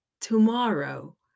tomorrow